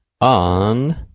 On